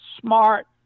smart